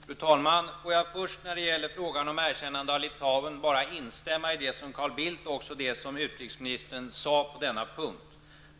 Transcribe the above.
Fru talman! När det gäller frågan om erkännande av Litauen vill jag först instämma i det Carl Bildt och också utrikesministern sade på denna punkt.